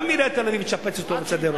גם אם תשפץ אותו ותסדר אותו.